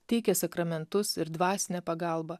teikė sakramentus ir dvasinę pagalbą